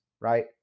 right